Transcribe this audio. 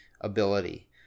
ability